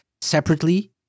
separately